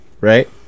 right